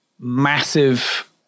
massive